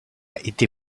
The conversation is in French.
été